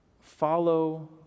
follow